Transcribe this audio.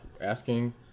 asking